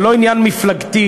זה לא עניין מפלגתי.